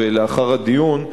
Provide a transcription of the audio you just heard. ולאחר הדיון,